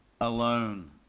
alone